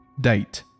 Date